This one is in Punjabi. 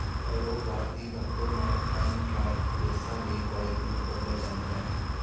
ਐਰੋਬਾਰ ਦੀ ਵਰਤੋਂ ਨਾਲ ਟਾਈਮ ਟਰਾਇਲ ਰੇਸਾਂ ਲਈ ਬਾਈਕ ਨੂੰ ਬਦਲਿਆ ਜਾਂਦਾ ਹੈ